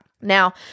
Now